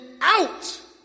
out